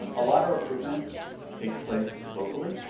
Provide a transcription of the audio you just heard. a lot of recruitment takes place locally.